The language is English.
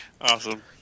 Awesome